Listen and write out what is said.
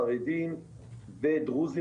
חרדים ודרוזים,